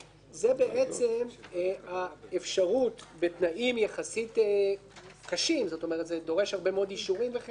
זה האפשרות בתנאים יחסית קשים זה דורש הרבה מאוד אישורים וכן הלאה,